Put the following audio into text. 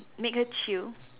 make her chill